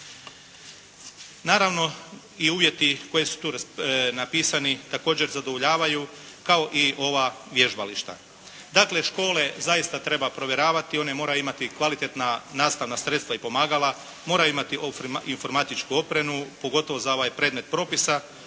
Naravno i uvjeti koji su tu napisani također zadovoljavaju kao i ova vježbališta. Dakle, škole zaista treba provjeravati. One moraju imati kvalitetna nastavna sredstva i pomagala. Moraju imati informatičku opremu, pogotovo za ovaj predmet propisa.